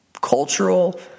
cultural